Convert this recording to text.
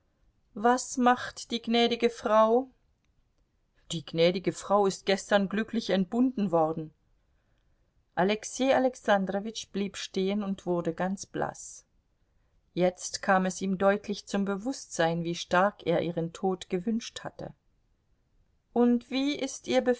was macht die gnädige frau die gnädige frau ist gestern glücklich entbunden worden alexei alexandrowitsch blieb stehen und wurde ganz blaß jetzt kam es ihm deutlich zum bewußtsein wie stark er ihren tod gewünscht hatte und wie ist ihr